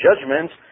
judgments